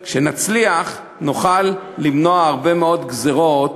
כשנצליח, נוכל למנוע הרבה מאוד גזירות